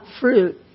fruit